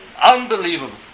Unbelievable